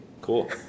Cool